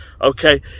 okay